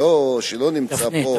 שלא נמצא פה.